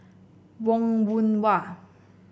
Wong Yoon Wah